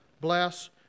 bless